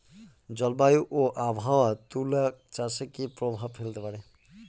জলবায়ু ও আবহাওয়া তুলা চাষে কি প্রভাব ফেলতে পারে?